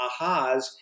ahas